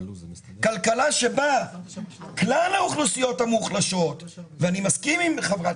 כלכלה שבה כלל האוכלוסיות המוחלשות - ואני מסכים עם חברת